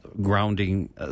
grounding